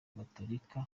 gatolika